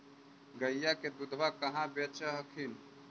गईया के दूधबा कहा बेच हखिन?